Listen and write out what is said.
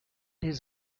his